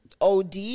OD